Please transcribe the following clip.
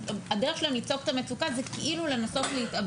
הדרך שלהם לצעוק את המצוקה זה כאילו לנסות להתאבד,